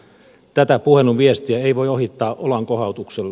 tätä puhelun viestiä ei voi ohittaa olankohautuksella